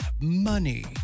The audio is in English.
money